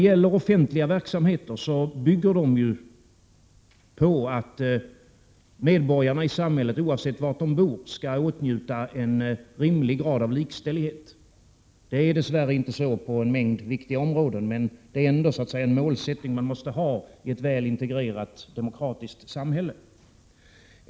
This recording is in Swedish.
Offentliga verksamheter bygger på att medborgarna i samhället, oavsett var de bor, skall åtnjuta en rimlig grad av likställighet. Det är dess värre inte så på en mängd viktiga områden, men det är ändå en målsättning som man måste ha i ett väl integrerat samhälle.